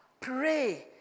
pray